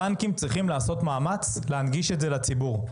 הבנקים צריכים לעשות מאמץ להנגיש את זה לציבור.